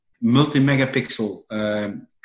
multi-megapixel